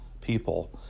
people